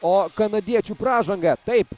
o kanadiečių pražangą taip